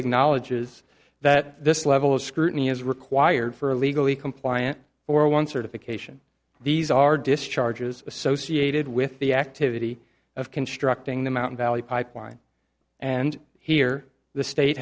acknowledges that this level of scrutiny is required for a legally compliant or once certification these are discharges associated with the activity of constructing the mountain valley pipeline and here the state